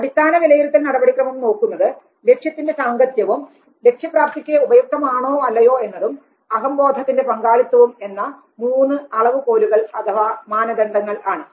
അടിസ്ഥാന വിലയിരുത്തൽ നടപടിക്രമം നോക്കുന്നത് ലക്ഷ്യത്തിന്റെ സാംഗത്യവും ലക്ഷ്യപ്രാപ്തിക്ക് ഉപയുക്തമാണോ അല്ലയോ എന്നതും അഹംബോധത്തിന്റെ പങ്കാളിത്തവും എന്ന മൂന്ന് അളവുകോലുകൾ അഥവാ മാനദണ്ഡങ്ങളാണ്